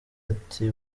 ati